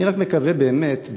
אני רק מקווה באמת,